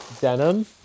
denim